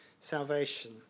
salvation